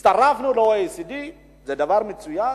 הצטרפנו ל-OECD, וזה דבר מצוין.